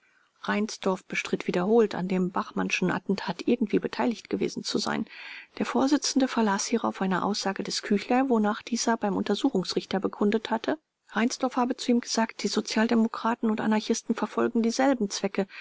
reinsdorf bestritt wiederholt an dem bachmannschen attentat irgendwie beteiligt gewesen zu sein der vorsitzende verlas hierauf eine aussage des küchler wonach dieser beim untersuchungsrichter bekundet halte reinsdorf habe zu ihm gesagt die sozialdemokraten und anarchisten verfolgen dieselben zwecke